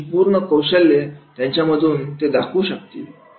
त्यांची पूर्ण कौशल्य याच्या मधून ते दाखवू शकतील